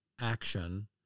action